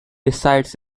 resides